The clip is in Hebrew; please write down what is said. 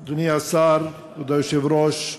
כבוד היושב-ראש,